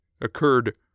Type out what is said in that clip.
occurred